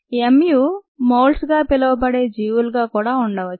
mu moulds గా పిలువ పిలువబడే జీవులుగా కూడా ఉండవచ్చు